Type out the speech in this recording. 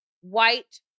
white